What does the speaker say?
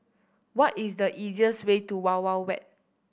what is the easiest way to Wild Wild Wet